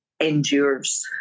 endures